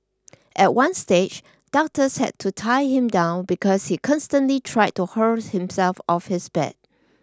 at one stage doctors had to tie him down because he constantly tried to hurl himself off his bed